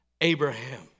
Abraham